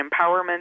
empowerment